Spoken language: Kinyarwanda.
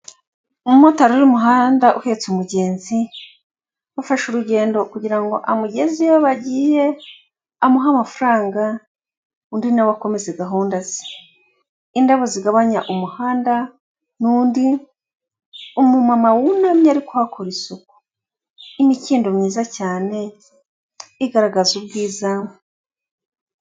Umumotari uri mu muhanda uhetse umugenzi, bafashe urugendo kugira ngo amugeze iyo bagiye, amuhe amafaranga undi na we akomeza gahunda ze. Indabo zigabanya umuhanda n'undi, umumama wunamye ari kuhakora isuku, imikindo myiza cyane igaragaza ubwiza.